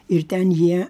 ir ten jie